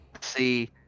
see